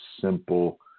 simple